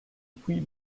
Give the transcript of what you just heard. puits